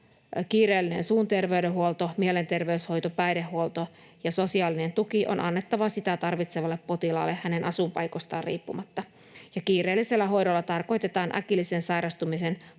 kiireellinen suun terveydenhuolto, mielenterveyshoito, päihdehoito ja sosiaalinen tuki, on annettava sitä tarvitsevalle potilaalle hänen asuinpaikastaan riippumatta. Kiireellisellä hoidolla tarkoitetaan äkillisen sairastumisen, vamman,